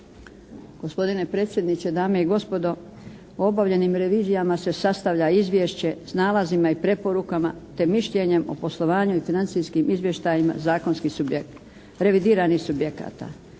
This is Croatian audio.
Gospodine predsjedniče, dame i gospodo, o obavljenim revizijama se sastavlja izvješće s nalazima i preporukama, te mišljenjem o poslovanju i financijskim izvještajima zakonskih subjekata,